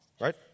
Right